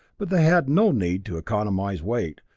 but they had no need to economize weight,